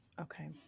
Okay